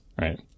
right